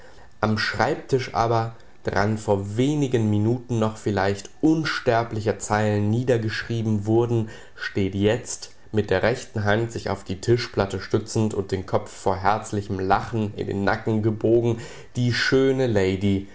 am schreibtisch aber dran vor wenigen minuten noch vielleicht unsterbliche zeilen niedergeschrieben wurden steht jetzt mit der rechten hand sich auf die tischplatte stützend und den kopf vor herzlichem lachen in den nacken gebogen die schöne lady